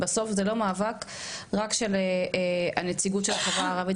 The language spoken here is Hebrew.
בסוף זה לא מאבק רק של הנציגות של החברה הערבית,